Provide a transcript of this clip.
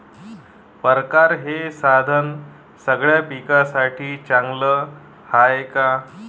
परकारं हे साधन सगळ्या पिकासाठी चांगलं हाये का?